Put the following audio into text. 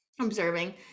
observing